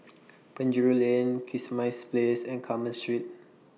Penjuru Lane Kismis Place and Carmen Street